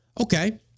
Okay